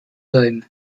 sein